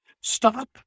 stop